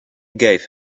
gave